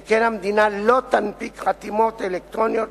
שכן המדינה לא תנפיק חתימות אלקטרוניות